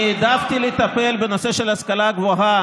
אני העדפתי לטפל בנושא של ההשכלה הגבוהה